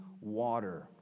water